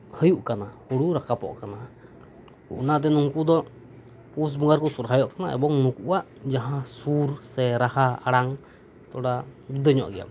ᱦᱩᱭᱩᱜ ᱠᱟᱱᱟ ᱦᱩᱲᱩ ᱨᱟᱠᱟᱵᱚᱜ ᱠᱟᱱᱟ ᱚᱱᱟᱛᱮ ᱱᱩᱝᱠᱩ ᱫᱚ ᱯᱩᱥ ᱵᱚᱸᱜᱟ ᱨᱮᱠᱚ ᱥᱚᱨᱦᱟᱦᱚᱜ ᱠᱟᱱᱟ ᱮᱵᱚᱝ ᱱᱩᱠᱩᱣᱟᱜ ᱡᱟᱸᱦᱟ ᱥᱩᱨ ᱥᱮ ᱨᱟᱦᱟ ᱟᱲᱟᱝ ᱛᱷᱚᱲᱟ ᱡᱩᱫᱟᱹ ᱧᱚᱜ ᱜᱮᱭᱟ